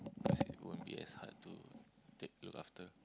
of course it won't be as hard to take look after